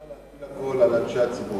אי-אפשר להטיל הכול על אנשי הציבור.